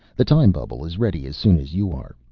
the time bubble is ready as soon as you are.